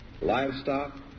Livestock